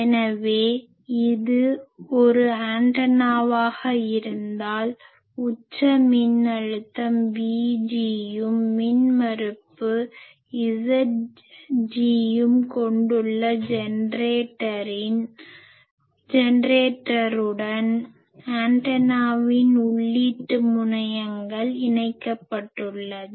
எனவே இது ஒரு ஆண்டனாவாக இருந்தால் உச்ச மின்னழுத்தம் VGயும் மின்மறுப்பு Zgயும் கொண்டுள்ள ஜெனரேட்டருடன் ஆண்டெனாவின் உள்ளீட்டு முனையங்கள் இணைக்கப்பட்டுள்ளது